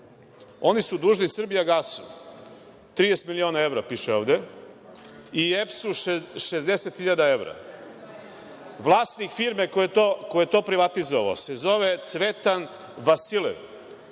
oni su dužni „Srbijagasu“ 30 miliona evra, piše ovde, i EPS-u 60 hiljada evra. Vlasnik firme koji je to privatizovao se zove Cvetan Vasilev,